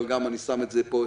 אבל אני גם מציג את זה פה,